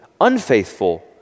unfaithful